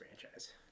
franchise